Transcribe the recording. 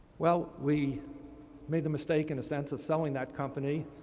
well, we made the mistake, in a sense, of selling that company.